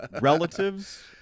relatives